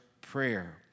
prayer